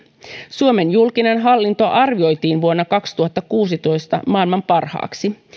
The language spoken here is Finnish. suomen julkinen hallinto arvioitiin vuonna kaksituhattakuusitoista maailman parhaaksi